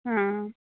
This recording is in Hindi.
हाँ